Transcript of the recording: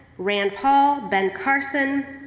rand paul, ben carson.